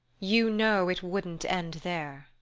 you know it wouldn't end there.